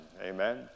Amen